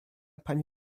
pani